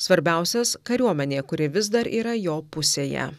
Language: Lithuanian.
svarbiausias kariuomenė kuri vis dar yra jo pusėje